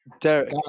Derek